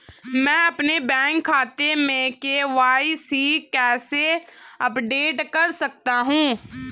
मैं अपने बैंक खाते में के.वाई.सी कैसे अपडेट कर सकता हूँ?